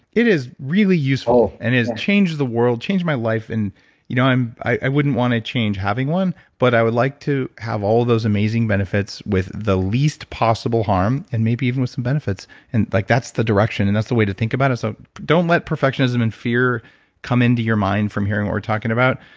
it is really useful and it's changed the world, changed my life. and you know i wouldn't want to change having one, but i would like to have all of those amazing benefits with the least possible harm, and maybe even with some benefits and like that's the direction and that's the way to think about it so don't let perfectionism and fear come into your mind from hearing what we're talking about.